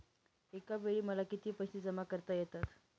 एकावेळी मला किती पैसे जमा करता येतात?